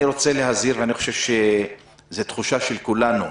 אני רוצה להזהיר, ואני חושב שזו תחושה של כל מי